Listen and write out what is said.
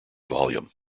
volume